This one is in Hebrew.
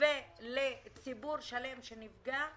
ולציבור שלם שנפגע.